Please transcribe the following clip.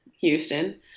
Houston